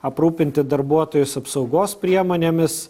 aprūpinti darbuotojus apsaugos priemonėmis